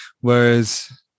Whereas